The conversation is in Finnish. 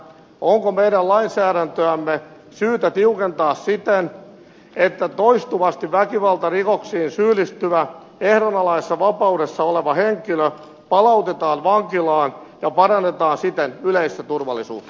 onko meidän lainsäädäntöämme syytä tiukentaa siten että toistuvasti väkivaltarikoksiin syyllistyvä ehdonalaisessa vapaudessa oleva henkilö palautetaan vankilaan ja parannetaan siten yleistä turvallisuutta